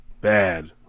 Bad